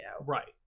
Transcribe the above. Right